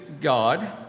god